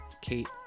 kate